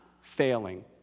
failing